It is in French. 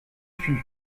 plus